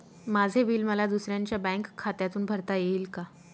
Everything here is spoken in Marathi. माझे बिल मला दुसऱ्यांच्या बँक खात्यातून भरता येईल का?